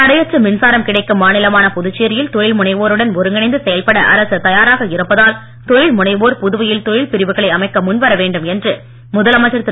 தடையற்ற மின்சாரம் கிடைக்கும் மாநிலமான புதுச்சேரியில் தொழில் முனைவோருடன் ஒருங்கிணைந்து செயல்பட அரசு தயாராக இருப்பதால் தொழில் முனைவோர் புதுவையில் தொழில் பிரிவுகளை அமைக்க முன்வர வேண்டும் என்று முதலமைச்சர் திரு